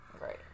Right